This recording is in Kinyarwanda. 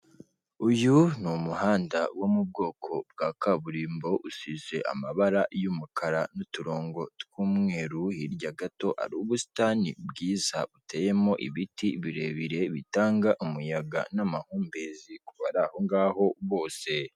Uyu ni umuhanda wo mu bwoko bwa kaburimbo usize amabara y'umukara n'uturongo tw'umweru, hirya gato hari ubusitani bwiza buteyemo ibiti birebire bitanga umuyaga n'amahumbezi ku bari aho ngaho bose.